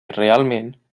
realment